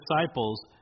disciples